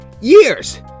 Years